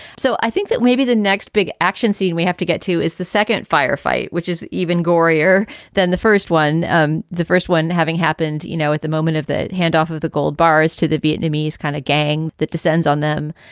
so i think that maybe the next big action scene we have to get to is the second firefight, which is even gourrier than the first one. um the first one having happened, you know, at the moment of the handoff of the gold bars to the vietnamese kind of gang that descends on them.